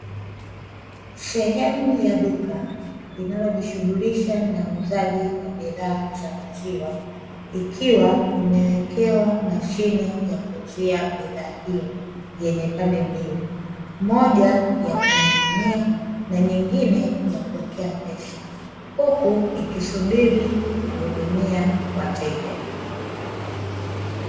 Sehemu ya duka linalojishughulisha na uuzaji wa bidhaa za maziwa, ikiwa imewekewa mashine ya kuuzia bidhaa hiyo, yenye pande mbili. Moja ya kumiminia na nyingine ya kuwekea pesa, huku ikisubiri kuhudumia wateja.